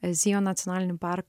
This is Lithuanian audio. ezijo nacionalinį parką